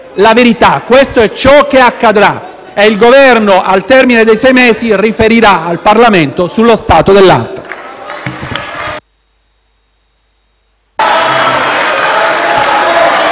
ministri. Questo è ciò che accadrà, e il Governo, al termine dei sei mesi, ri- ferirà al Parlamento sullo stato dell’arte.